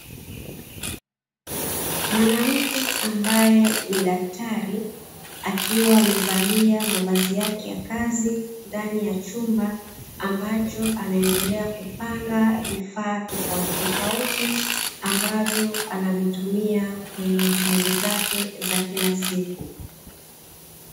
Mwanamke ambaye ni daktari akiwa amevalia mavazi yake ya kazi, ndani ya chumba ambacho anaendelea kupanga vifaa tofauti tofauti, ambavyo anavitumia kwenye shughuli zake za kila siku.